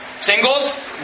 Singles